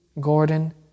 Gordon